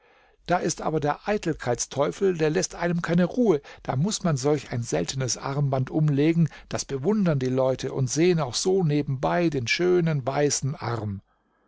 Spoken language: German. da ist aber der eitelkeitsteufel der läßt einem keine ruhe da muß man solch ein seltenes armband umlegen das bewundern die leute und sehen auch so nebenbei den schönen weißen arm